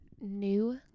new